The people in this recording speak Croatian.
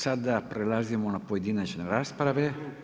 Sada prelazimo na pojedinačne rasprave.